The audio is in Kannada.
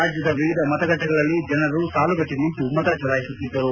ರಾಜ್ಯದ ವಿವಿಧ ಮತಗಟ್ಟೆಗಳಲ್ಲಿ ಜನರು ಸಾಲುಗಟ್ಟಿ ನಿಂತು ಮತ ಚಲಾಯಿಸುತ್ತಿದ್ದರು